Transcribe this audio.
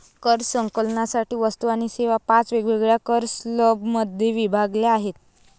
कर संकलनासाठी वस्तू आणि सेवा पाच वेगवेगळ्या कर स्लॅबमध्ये विभागल्या आहेत